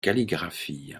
calligraphie